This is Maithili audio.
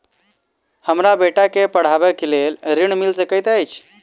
हमरा बेटा केँ पढ़ाबै केँ लेल केँ ऋण मिल सकैत अई?